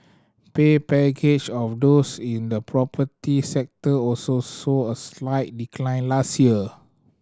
pay package of those in the property sector also saw a slight decline last year